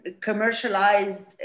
commercialized